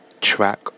track